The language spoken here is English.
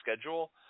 schedule